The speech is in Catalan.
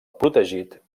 protegit